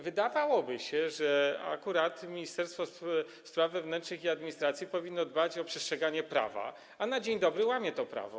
Wydawałoby się, że akurat Ministerstwo Spraw Wewnętrznych i Administracji powinno dbać o przestrzeganie prawa, a na dzień dobry łamie to prawo.